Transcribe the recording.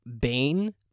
Bane